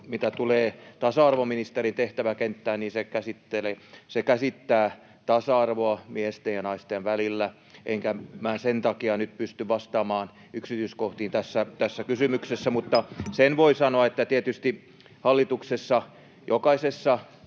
mitä tulee tasa-arvoministerin tehtäväkenttään, niin se käsittää tasa-arvoa miesten ja naisten välillä, enkä minä sen takia nyt pysty vastaamaan yksityiskohtiin tässä kysymyksessä. [Välihuutoja eduskunnasta] Sen voin sanoa, että tietysti hallituksessa jokaisessa